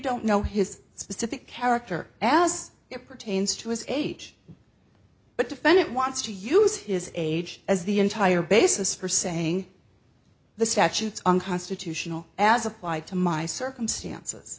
don't know his specific character as it pertains to his age but defendant wants to use his age as the entire basis for saying the statutes unconstitutional as applied to my circumstances